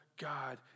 God